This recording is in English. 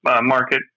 market